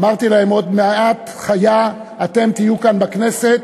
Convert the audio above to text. אמרתי להם: עוד מעט חיה אתם תהיו כאן בכנסת,